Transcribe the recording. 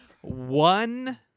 one